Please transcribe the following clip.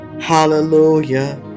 Hallelujah